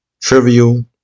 trivial